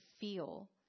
feel